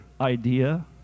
idea